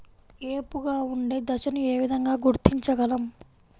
ఏపుగా ఉండే దశను ఏ విధంగా గుర్తించగలం?